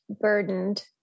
burdened